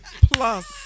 plus